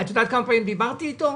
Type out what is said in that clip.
את יודעת כמה פעמים דיברתי איתו?